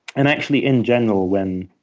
and actually, in general, when